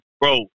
bro